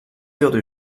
heures